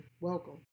Welcome